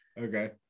Okay